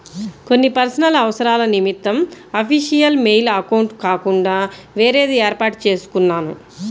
కొన్ని పర్సనల్ అవసరాల నిమిత్తం అఫీషియల్ మెయిల్ అకౌంట్ కాకుండా వేరేది వేర్పాటు చేసుకున్నాను